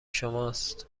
شماست